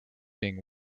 being